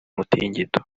mutingito